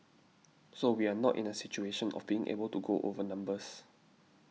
so we are not in a situation of being able to go over numbers